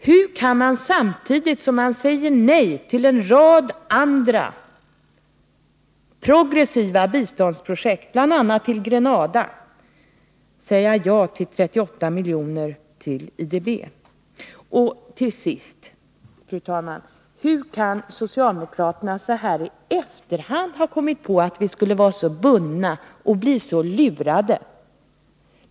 Hur kan man samtidigt som man säger nej till en rad andra, progressiva, biståndsprojekt — bl.a. till Grenada — säga ja till 38 milj.kr. till IDB? Till sist, fru talman, hur kan socialdemokraterna så här i efterhand ha kommit på att vi skulle vara så bundna och bli så lurade?